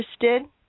interested